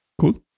Cool